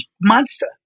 monster